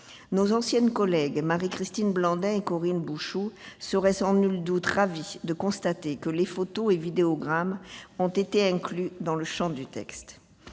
Nos anciennes collègues Marie-Christine Blandin et Corinne Bouchoux seraient sans nul doute ravies de constater que les photos et vidéogrammes ont été inclus dans le champ du texte.